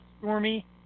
Stormy